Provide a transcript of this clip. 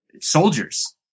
soldiers